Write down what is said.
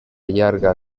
llarga